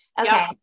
Okay